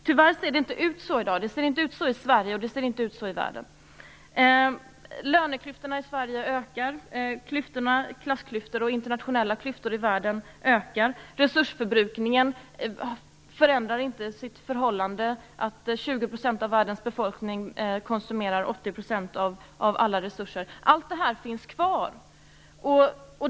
Tyvärr ser det inte ut så i dag - inte i Sverige och inte i världen. Löneklyftorna i Sverige ökar, och klassklyftor och internationella klyftor i världen ökar. Förhållandena när det gäller resursförbrukningen har inte förändrats. 20 % av världens befolkning konsumerar fortfarande Allt det här finns kvar.